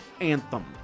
anthem